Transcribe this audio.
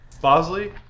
Bosley